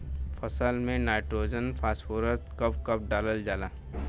फसल में nitrogen phosphorus कब कब डालल जाला?